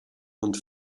und